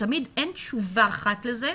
תמיד אין תשובה אחת לזה,